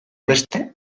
beste